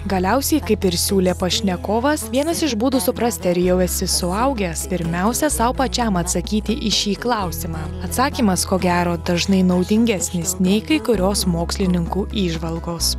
galiausiai kaip ir siūlė pašnekovas vienas iš būdų suprasti ar jau esi suaugęs pirmiausia sau pačiam atsakyti į šį klausimą atsakymas ko gero dažnai naudingesnis nei kai kurios mokslininkų įžvalgos